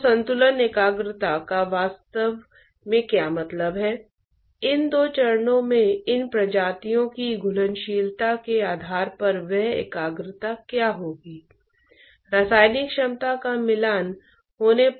तो यह एक संचालित प्रवाह है जहां द्रव्य कणों की गति बाहरी ड्राइव बाहरी पंप के कारण होती है और इसे एक फोर्स्ड कन्वेक्शन कहा जाता है